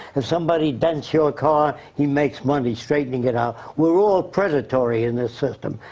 and somebody dents your car, he makes money straightening it up. we're all predatory in this system.